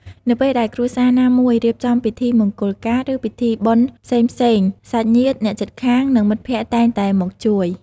នៅពេលដែលគ្រួសារណាមួយរៀបចំពិធីមង្គលការ ឬពិធីបុណ្យផ្សេងៗ សាច់ញាតិ អ្នកជិតខាង និងមិត្តភក្តិតែងតែមកជួយ។